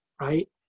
right